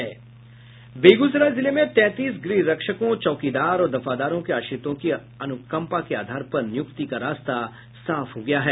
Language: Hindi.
बेगूसराय जिले में तैंतीस गृह रक्षकों चौकीदार और दफदारों के आश्रितों की अनुकंपा के आधार पर नियुक्ति का रास्ता साफा हो गया है